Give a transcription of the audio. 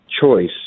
choice